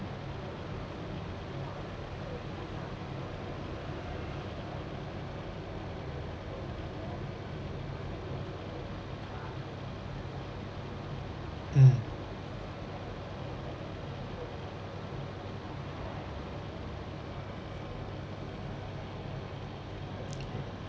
mm